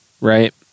right